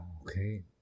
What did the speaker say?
okay